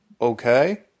okay